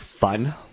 fun